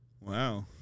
Wow